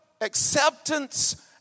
acceptance